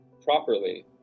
properly